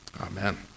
Amen